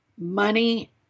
Money